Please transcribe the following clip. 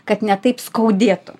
kad ne taip skaudėtų